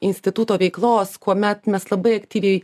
instituto veiklos kuomet mes labai aktyviai